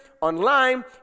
online